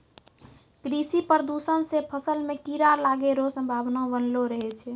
कृषि प्रदूषण से फसल मे कीड़ा लागै रो संभावना वनलो रहै छै